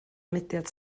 mudiad